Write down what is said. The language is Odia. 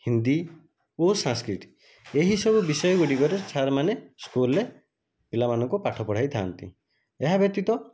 ହିନ୍ଦୀ ଓ ସାଂସ୍କ୍ରିଟ ଏହିସବୁ ବିଷୟଗୁଡ଼ିକରେ ସାର୍ମାନେ ସ୍କୁଲ୍ରେ ପିଲାମାନଙ୍କୁ ପାଠ ପଢ଼ାଇଥାନ୍ତି ଏହା ବ୍ୟତୀତ